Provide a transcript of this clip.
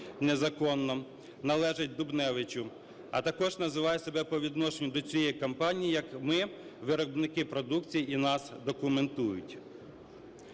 незаконно, - належить Дубневичу, а також називає себе по відношенню до цієї компанії, як "ми виробники продукції і нас документують".